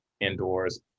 indoors